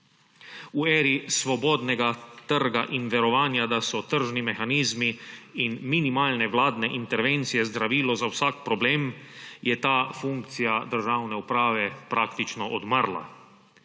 V eri svobodnega trga in verovanja, da so tržni mehanizmi in minimalne vladne intervencije zdravilo za vsak problem, je ta funkcija državne uprave praktično odmrla.